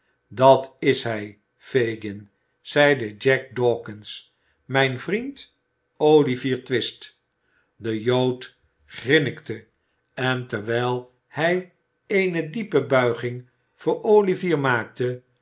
dat is hij fagin zeide jack dawkins mijn vriend olivier twist de jood grinnikte en terwijl hij eene diepe buiging voor olivier maakte